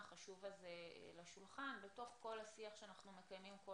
החשוב הזה לשולחן בתוך כל השיח שאנחנו מקיימים כל